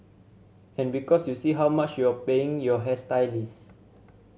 and because you see how much you're paying your hairstylist